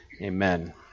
Amen